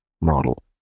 model